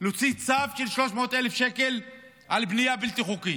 להוציא צו של 300,000 שקלים על בנייה בלתי חוקית.